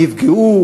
נפגעו,